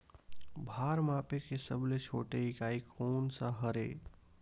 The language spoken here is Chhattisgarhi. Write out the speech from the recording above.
भार मापे के सबले छोटे इकाई कोन सा हरे?